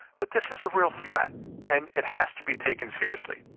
but this is a real threat and it has to be taken seriously.